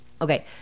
Okay